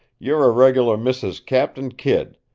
you're a regular mrs. captain kidd,